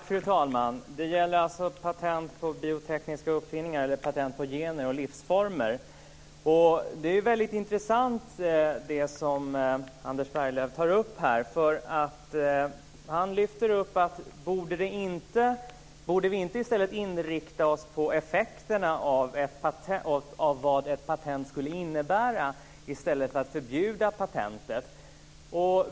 Fru talman! Det gäller patent på biotekniska uppfinningar eller patent på gener och livsformer. Det som Anders Berglöv tar upp här är väldigt intressant. Han undrar om vi inte i stället borde inrikta oss på effekterna av vad ett patent skulle innebära i stället för att förbjuda patentet.